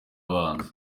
abanza